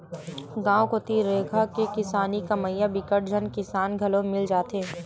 गाँव कोती रेगहा म किसानी कमइया बिकट झन किसान घलो मिल जाथे